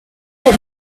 did